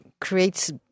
creates